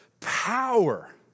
power